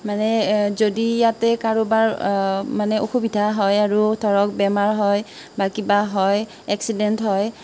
মানে যদি ইয়াতে কাৰোবাৰ মানে অসুবিধা হয় আৰু ধৰক বেমাৰ হয় বা কিবা হয় এক্সিডেন্ট হয়